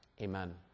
Amen